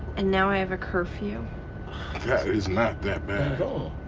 and now i have a curfew. that is not that bad.